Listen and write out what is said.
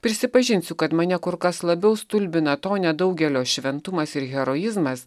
prisipažinsiu kad mane kur kas labiau stulbina to nedaugelio šventumas ir heroizmas